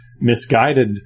misguided